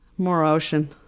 more ocean.